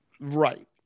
Right